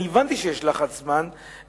אני הבנתי שיש לחץ זמן,